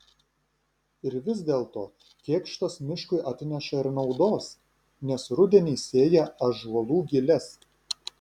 ir vis dėlto kėkštas miškui atneša ir naudos nes rudenį sėja ąžuolų giles